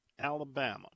Alabama